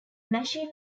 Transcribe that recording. machine